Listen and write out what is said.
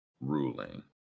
Ruling